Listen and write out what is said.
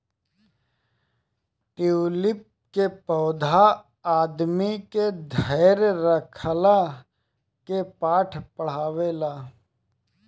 tulip के पौधा आदमी के धैर्य रखला के पाठ पढ़ावेला